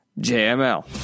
JML